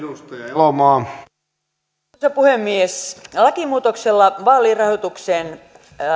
arvoisa puhemies lakimuutoksella vaalirahoitukseen